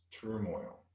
turmoil